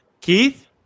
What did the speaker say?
Keith